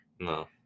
No